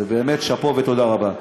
באמת שאפו ותודה רבה.